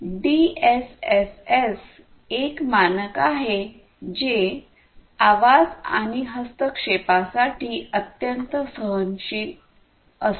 DSSS एक मानक आहे जे आवाज आणि हस्तक्षेपासाठी अत्यंत सहनशील असते